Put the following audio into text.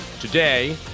today